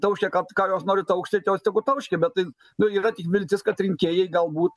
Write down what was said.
tauškia kad ką jos nori taukšti ir jos tegu tauškia bet tai nu yra tik viltis kad rinkėjai galbūt